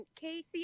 Casey